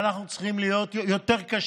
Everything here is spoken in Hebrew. ואנחנו צריכים להיות יותר קשים.